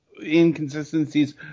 inconsistencies